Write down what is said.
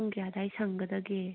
ꯄꯨꯡ ꯀꯌꯥ ꯑꯗꯥꯏ ꯁꯪꯒꯗꯒꯦ